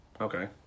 Okay